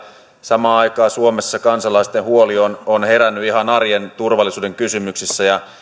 samaan aikaan suomessa kansalaisten huoli on on herännyt ihan arjen turvallisuuden kysymyksissä